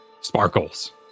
Sparkles